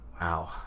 Wow